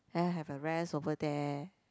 I have a rest over there